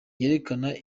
yerekana